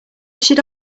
should